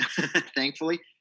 thankfully